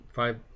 five